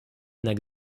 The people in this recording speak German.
einer